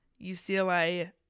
UCLA